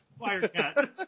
Firecat